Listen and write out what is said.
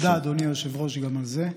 תודה, אדוני היושב-ראש, גם על זה.